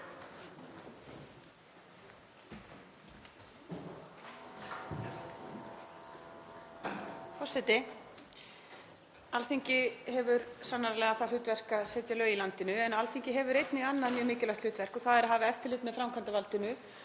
Forseti. Alþingi hefur sannarlega það hlutverk að setja lög í landinu. En Alþingi hefur einnig annað mjög mikilvægt hlutverk og það er að hafa eftirlit með framkvæmdarvaldinu